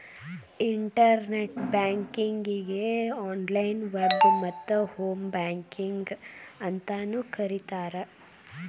internet ಬ್ಯಾಂಕಿಂಗಗೆ online web ಮತ್ತ home banking ಅಂತಾನೂ ಕರಿತಾರ